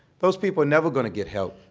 those people are never going to get help.